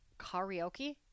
Karaoke